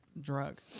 drug